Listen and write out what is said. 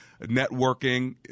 networking